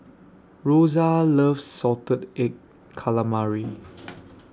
Rosa loves Salted Egg Calamari